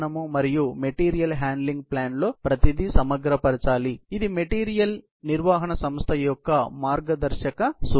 కాబట్టి material handling ప్లాన్లో ప్రతిదీ సమగ్రపరచాలి ఇది మెటీరియల్ నిర్వహణ సంస్థ యొక్క మార్గదర్శక సూత్రం